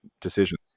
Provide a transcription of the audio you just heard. decisions